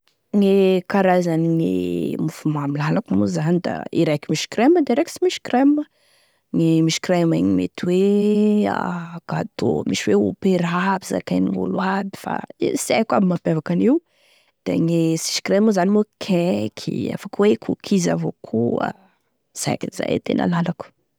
Gne karazany e mofomamy lalako moa zany e raiky misy crème da e raiky sy misy crème, gne misy creme igny mety hoe gâteau misy opéra aby zakain'olo aby, fa i sy aiko aby sy aiko aby mampiavaka an'io, da e sy misy crème e cake, afaky hoe cookies avao koa, da izay de zay e tena lalako.